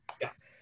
Yes